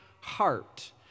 heart